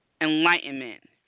Enlightenment